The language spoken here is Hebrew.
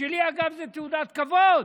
אגב, בשבילי זאת תעודת כבוד.